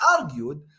argued